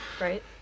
right